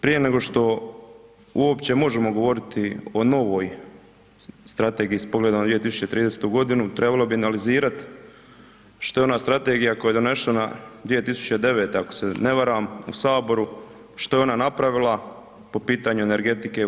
Prije nego što uopće možemo govoriti o novoj Strategiji s pogledom na 2030.g., trebalo bi analizirat što je ona strategija koja je donešena 2009. ako se ne varam u saboru, što je ona napravila po pitanju energetike u RH?